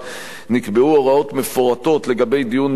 נקבעו הוראות מפורטות לגבי דיון מחדש,